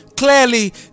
Clearly